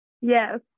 Yes